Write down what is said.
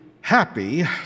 Happy